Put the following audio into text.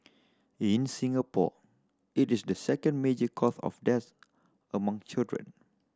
in Singapore it is the second major cause of death among children